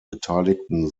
beteiligten